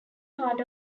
part